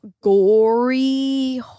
gory